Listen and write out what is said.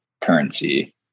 currency